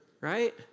right